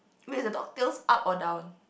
wait is the dog tails up or down